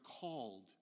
called